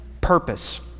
purpose